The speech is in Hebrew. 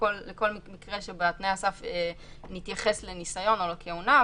לכל מקרה שבתנאי הסף שמתייחס לניסיון או לכהונה.